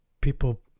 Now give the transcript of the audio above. people